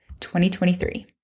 2023